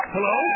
Hello